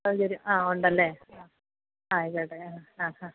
അത് ശരി ആ ഉണ്ടല്ലേ ആയിക്കോട്ടെ ആ ആ ഹാ